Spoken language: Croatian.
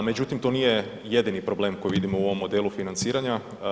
Međutim, to nije jedini problem koji vidimo u ovom modelu financiranja.